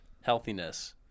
healthiness